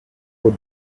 put